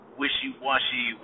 wishy-washy